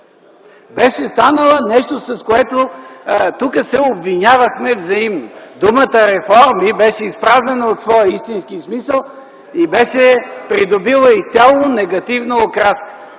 беше станала като нещо, с което тук се обвинявахме взаимно. Думата „реформи” беше изпразнена от своя истински смисъл и беше придобила изцяло негативна окраска.